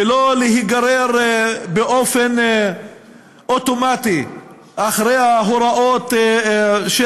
ולא להיגרר באופן אוטומטי אחרי ההוראות של